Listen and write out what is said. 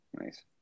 Nice